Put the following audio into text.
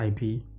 ip